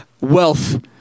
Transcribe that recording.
wealth